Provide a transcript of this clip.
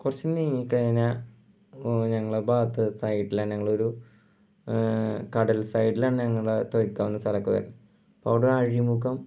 കുറച്ച് നീങ്ങീക്കയിഞ്ഞ ഞങ്ങളെ ഭാഗത്ത് സൈഡ് തന്നെ ഞങ്ങളൊരു കടൽ സൈഡ് തന്നെ ഞങ്ങളെ തൊയക്കാവെന്ന സ്ഥലമൊക്കെ വരുന്നത് അപ്പോൾ അവിടെ ഒരു അഴിമുഖം